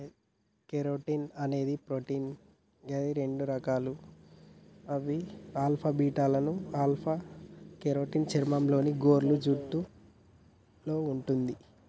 keratin అనేది protein గది రెండు రకాలు గవి ఆల్ఫా, బీటాలు ఆల్ఫ కెరోటిన్ చర్మంలో, గోర్లు, జుట్టులో వుంటది